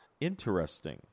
interesting